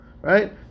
right